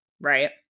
Right